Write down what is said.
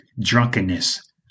drunkenness